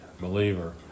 believer